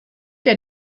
der